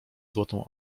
złotą